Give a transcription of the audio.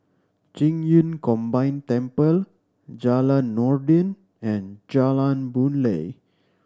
Qing Yun Combine Temple Jalan Noordin and Jalan Boon Lay